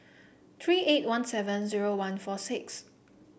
three eight one seven zero one four six